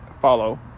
follow